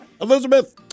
Elizabeth